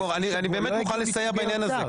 אני באמת מוכן לסייע בעניין הזה.